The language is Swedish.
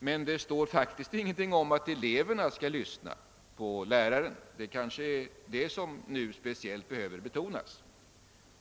Men det sägs ingenting om att eleverna skall lyssna på läraren. Det kanske är det som nu särskilt behöver betonas.